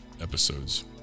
episodes